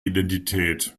identität